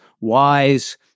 wise